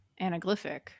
anaglyphic